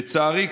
לצערי,